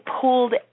pulled